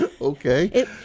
Okay